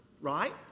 right